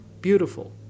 beautiful